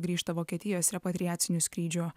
grįžta vokietijos repatriaciniu skrydžiu